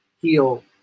heal